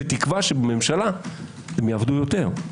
בתקווה שבממשלה יעבדו יותר,